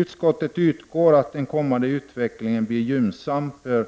Utskottet utgår ifrån att den kommande utvecklingen blir gynnsam för